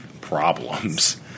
problems